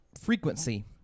frequency